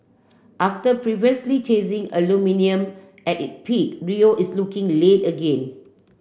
after previously chasing aluminium at it peak Rio is looking late again